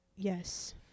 Yes